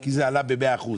כי זה עלה במאה אחוז.